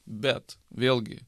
bet vėlgi